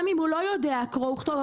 גם אם הוא לא יודע קורא וכתוב,